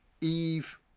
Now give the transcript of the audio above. Eve